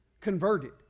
converted